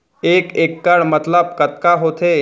एक इक्कड़ मतलब कतका होथे?